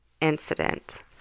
incident